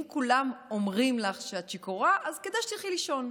אם כולם אומרים לך שאת שיכורה אז כדאי שתלכי לישון.